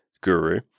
guru